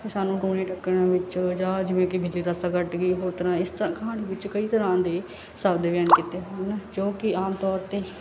ਕਿ ਸਾਨੂੰ ਟੂਣੇ ਟੱਕਨਿਆਂ ਵਿੱਚ ਜਾ ਜਿਵੇਂ ਕਿ ਬਿੱਲੀ ਰਸਤਾ ਕੱਟ ਗਈ ਹੋਰ ਤਰਾਂ ਇਸ ਤਰਾਂ ਕਹਾਣੀ ਵਿੱਚ ਕਈ ਤਰ੍ਹਾਂ ਦੇ ਸਭ ਦੇ ਬਿਆਨ ਕੀਤੇ ਹਨ ਜੋ ਕਿ ਆਮ ਤੌਰ 'ਤੇ